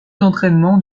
d’entraînement